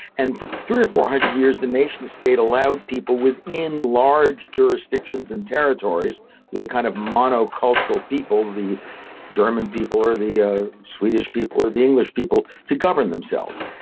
and for three hundred or four hundred years the nation-state allowed people within large jurisdictions and territories with a kind of monocultural people, the german people or the ah swedish people or the english people, to govern themselves.